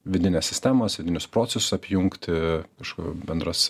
vidinės sistemos vidinius procesus apjungti kažkokių bendras